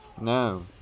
No